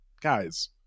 guys